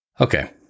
Okay